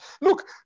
look